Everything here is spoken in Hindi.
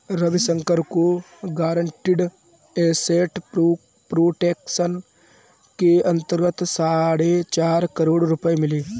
रविशंकर को गारंटीड एसेट प्रोटेक्शन के अंतर्गत साढ़े चार करोड़ रुपये मिले